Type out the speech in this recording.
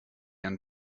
and